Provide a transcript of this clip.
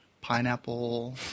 Pineapple